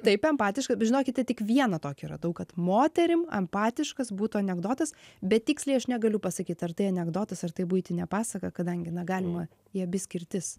taip empatiška bet žinokite tik vieną tokį radau kad moterim empatiškas būtų anekdotas bet tiksliai aš negaliu pasakyt ar tai anekdotas ar tai buitinė pasaka kadangi na galima į abi skirtis